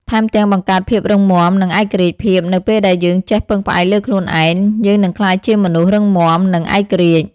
ថែមទាំងបង្កើតភាពរឹងមាំ និងឯករាជ្យភាពនៅពេលដែលយើងចេះពឹងផ្អែកលើខ្លួនឯង យើងនឹងក្លាយជាមនុស្ស រឹងមាំ និង ឯករាជ្យ។